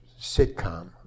sitcom